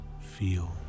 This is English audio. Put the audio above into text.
feel